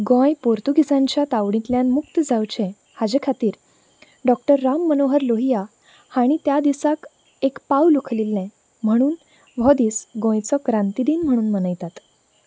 गोंय पोर्तुगीजांच्या तावडींतल्यान मुक्त जावंचे हाजे खातीर डॉ राम मनोहर लोहिया हाणी त्या दिसांक एक पावल उखलिले म्हणून हो दीस गोंयचो क्रांती दिन म्हणून मनयतात